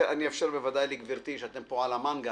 אאפשר בוודאי לגברתי, שאתם פה על המנגל,